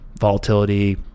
volatility